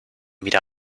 wieder